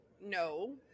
no